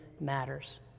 matters